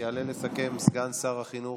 יעלה לסכם סגן שר החינוך.